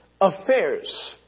affairs